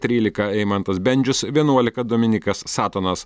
trylika eimantas bendžius vienuolika dominikas satonas